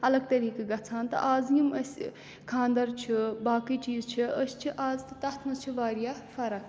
اَلگ طریٖقہٕ گَژھان تہٕ آز یِم أسۍ خانٛدَر چھِ باقٕے چیٖز چھِ أسۍ چھِ آز تہٕ تَتھ منٛز چھِ واریاہ فرق